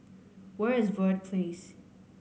where is Verde Place